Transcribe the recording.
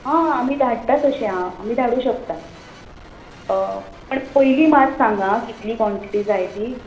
हय आमी धाडटा तशें आ आमी धाडूं शकता पण पयलीं मात सांगा आ कितली कॉण्टिटी जाय ती